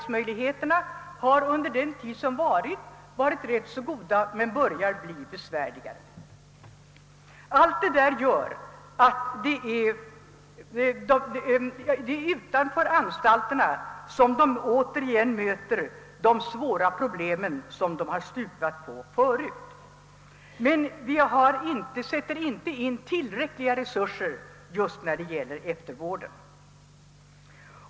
Arbetsmöjligheterna har hittills varit ganska goda, men det börjar bli besvärligare. Det är utanför anstalterna som de åter möter de svåra problem, på vilka de tidigare stupade. Vi sätter inte in tillräckliga resurser just när det gäller eftervården.